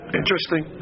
interesting